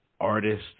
artist